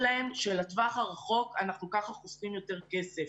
להם שלטווח הרחוק אנחנו כך חוסכים יותר כסף.